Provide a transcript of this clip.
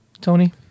Tony